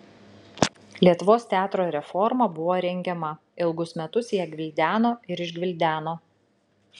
lietuvos teatro reforma buvo rengiama ilgus metus ją gvildeno ir išgvildeno